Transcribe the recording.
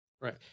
right